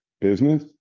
business